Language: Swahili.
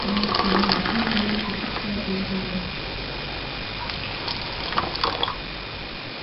miche hiyo ili iweze kukua vizuri.